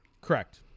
Correct